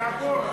שיעבור רק.